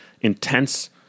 intense